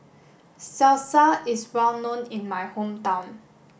Salsa is well known in my hometown